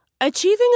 Achieving